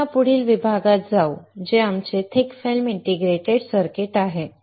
तर आम्ही या पुढील विभागात जाऊ जे आमचे थिक फिल्म इंटिग्रेटेड सर्किट आहे